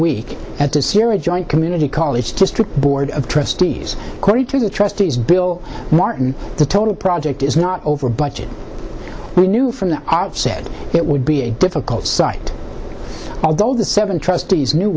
week at the syria joint community college district board of trustees greatly the trustees bill martin the total project is not over budget we knew from the outset it would be a difficult site although the seven trustees knew